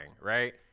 right